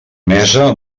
mesa